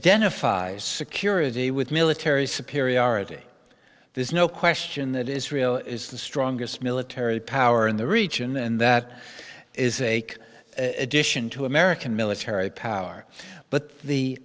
five security with military superiority there's no question that israel is the strongest military power in the region and that is a addition to american military power but the